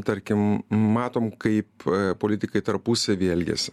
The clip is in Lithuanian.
tarkim matom kaip politikai tarpusavyje elgiasi